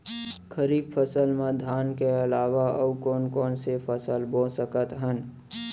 खरीफ फसल मा धान के अलावा अऊ कोन कोन से फसल बो सकत हन?